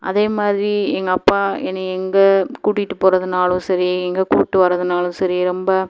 அதே மாதிரி எங்கள் அப்பா என்னை எங்கள் கூட்டிட்டு போகிறதுனாலும் சரி எங்கள் கூட்டு வரதுனாலும் சரி ரொம்ப